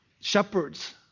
shepherds